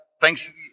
Thanks